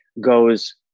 goes